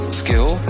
skill